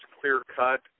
clear-cut